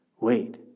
wait